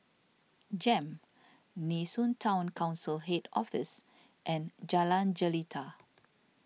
Jem Nee Soon Town Council Head Office and Jalan Jelita